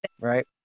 right